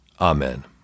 amen